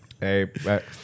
Hey